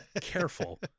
Careful